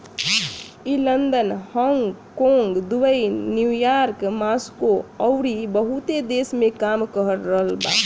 ई London, Hong Kong, Dubai, New York, Moscow अउरी बहुते देश में काम कर रहल बा